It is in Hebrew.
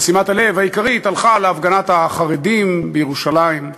ושימת-הלב העיקרית הלכה להפגנת החרדים בירושלים.